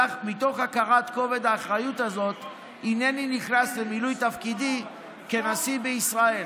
מתוך הכרת כובד האחריות הזאת הינני נכנס למילוי תפקידי כנשיא בישראל".